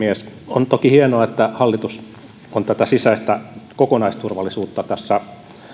on toki hienoa että hallitus on sisäistä kokonaisturvallisuutta tässä